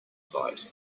fight